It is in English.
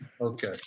Okay